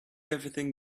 everything